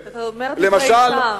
אתה אומר דברי טעם,